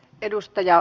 kiitos